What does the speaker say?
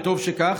וטוב שכך,